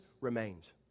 remains